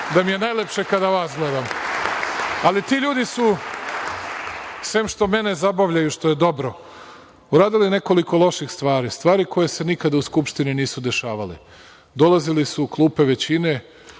da mi je najlepše kada vas gledam. Ali, ti ljudi su, sem što mene zabavljaju, što je dobro, uradili nekoliko loših stvari, stvari koje se nikada u Skupštini nisu dešavale. Dolazili su u klupe većine,